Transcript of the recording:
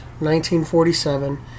1947